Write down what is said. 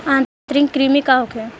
आंतरिक कृमि का होखे?